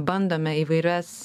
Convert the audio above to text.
bandome įvairias